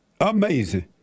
Amazing